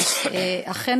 אכן,